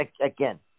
again